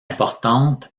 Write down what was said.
importantes